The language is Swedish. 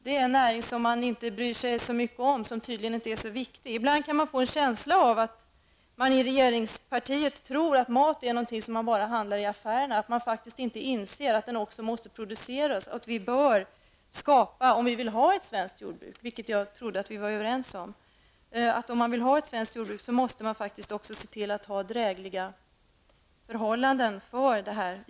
Det är en näring som man inte bryr sig så mycket om och som inte är så viktig. Ibland får man en känsla av att regeringspartiet tror att mat bara är något som kan inhandlas i affärerna och faktiskt inte inser att maten också måste produceras. Vill vi ha ett svenskt jordbruk -- vilket jag trodde vi var överens om -- måste man faktiskt också se till att det har drägliga förhållanden.